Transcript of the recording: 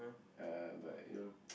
uh but you know (ppp)